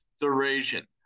duration